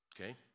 Okay